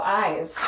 eyes